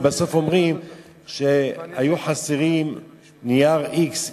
ובסוף אומרים שהיו חסרים נייר x,